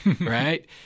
right